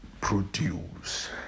produce